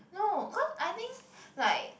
no cause I think like